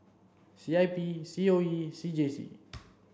C I P C O E and C J C